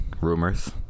rumors